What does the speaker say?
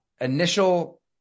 Initial